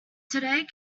today